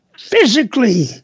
physically